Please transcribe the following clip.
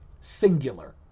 Singular